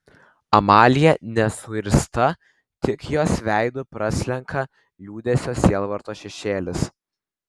amalija nesuirzta tik jos veidu praslenka liūdesio sielvarto šešėlis